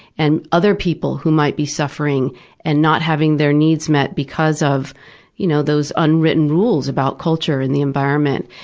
and other people who might be suffering and not having their needs met because of you know those unwritten rules about culture and the environment.